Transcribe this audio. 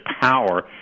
power